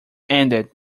ended